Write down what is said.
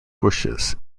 bushes